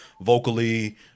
vocally